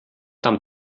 tam